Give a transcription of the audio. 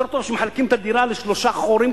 יותר טוב שמחלקים את הדירה לשלושה חורים